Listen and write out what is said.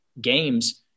games –